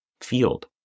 field